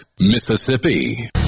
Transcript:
Mississippi